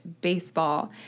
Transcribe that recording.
baseball